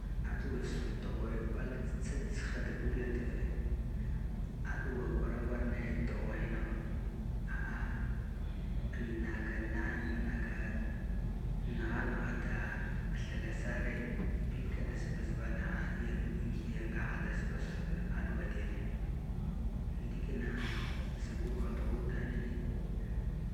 Aɗuwa sbaa duhwe kwal tsagtsha ɗule ife, aɗuwa kwaran kwarane duh way na a'a an naka na naka naha naha da thlasare bikka da sbaa sbaa niha ngaha da sbaa sbaa biya aɗuwa diyane, ndikina subu ha duhwa udane.